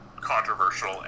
controversial